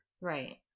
Right